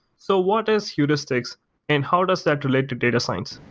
so what is heuristics and how does that relate to data science?